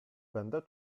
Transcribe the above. będę